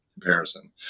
comparison